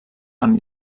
amb